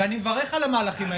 ואני מברך על המהלכים.